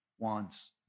wants